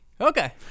okay